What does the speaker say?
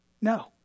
No